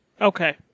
Okay